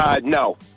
No